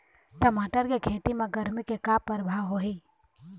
टमाटर के खेती म गरमी के का परभाव होही?